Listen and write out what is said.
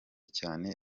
cyane